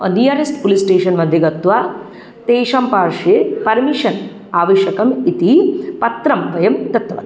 nearest nearest police station मध्ये गत्वा तेषां पार्श्वे पर्मिशन् आवश्यकम् इति पत्रं वयं दत्तवन्तः